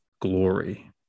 glory